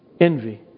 envy